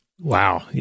Wow